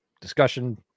Discussion